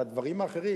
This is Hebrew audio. על הדברים האחרים.